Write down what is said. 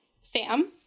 Sam